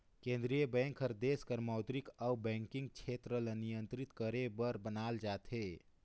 केंद्रीय बेंक हर देस कर मौद्रिक अउ बैंकिंग छेत्र ल नियंत्रित करे बर बनाल जाथे